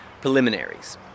preliminaries